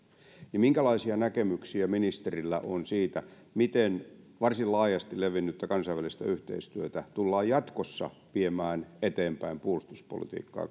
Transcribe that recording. minkälaisia näkemyksiä ministerillä on siitä miten varsin laajasti levinnyttä kansainvälistä yhteistyötä tullaan jatkossa viemään eteenpäin puolustuspolitiikkaa